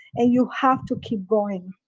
and you have to keep going.